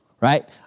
Right